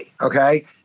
okay